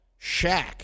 Shaq